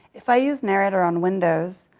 if i use narrator on windows,